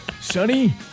Sunny